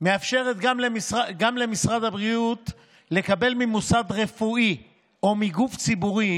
מאפשרת גם למשרד הבריאות לקבל ממוסד רפואי או מגוף ציבורי